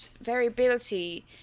variability